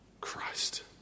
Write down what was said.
Christ